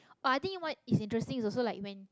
I think what is interesting is also like when